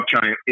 China